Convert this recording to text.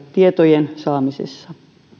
tietojen saamisessa